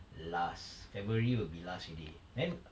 last february will be last already then